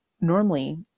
normally